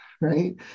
right